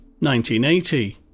1980